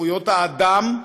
זכויות האדם,